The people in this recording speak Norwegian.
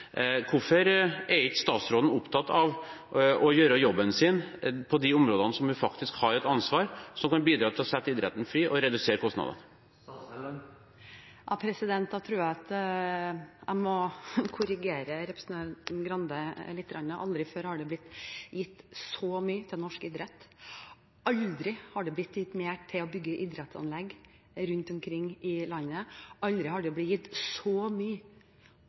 Hvorfor er ikke statsråden opptatt av å gjøre jobben sin på de områdene der hun faktisk har et ansvar, som kan bidra til å sette idretten fri og redusere kostnader? Jeg tror jeg må korrigere representanten Grande litt. Aldri før har det blitt gitt så mye til norsk idrett. Aldri har det blir gitt mer til å bygge idrettsanlegg rundt omkring i landet. Aldri har det blitt gitt så mye